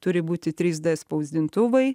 turi būti trys d spausdintuvai